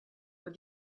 with